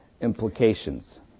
implications